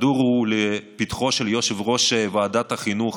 הכדור הוא לפתחו של יושב-ראש ועדת החינוך,